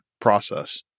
process